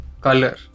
Color